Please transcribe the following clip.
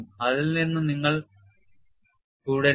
അതിൽ നിന്ന് നിങ്ങൾ തുടരുക